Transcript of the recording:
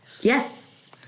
Yes